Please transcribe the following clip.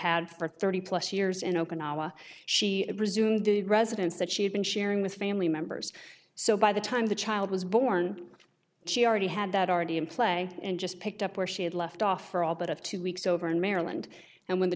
had for thirty plus years in okinawa she resumed the residence that she had been sharing with family members so by the time the child was born she already had that already in play and just picked up where she had left off for all but of two weeks over in maryland and when the